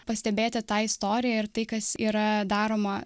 pastebėti tą istoriją ir tai kas yra daroma